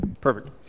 Perfect